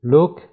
Look